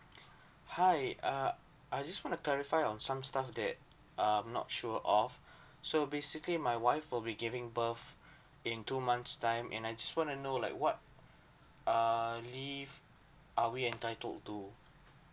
hi uh I just want to clarify on some stuff that um not sure of so basically my wife will be giving birth in two months time and I just want to know like what err leave are we entitled to